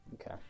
Okay